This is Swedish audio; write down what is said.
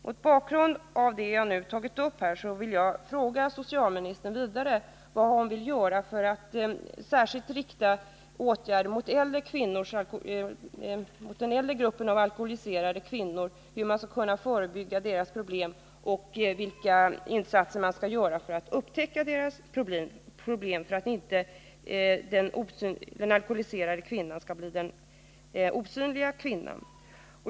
Mot bakgrund av det som jag här har tagit upp vill jag fråga socialministern vad hon vill göra beträffande särskilt gruppen äldre alkoholiserade kvinnor. Hur skall man kunna förebygga att det uppstår problem, och vad skall man göra för att upptäcka problemen, så att den alkoholiserade kvinnan inte blir den osynliga kvinnan?